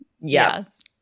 Yes